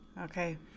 Okay